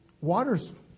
water's